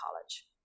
college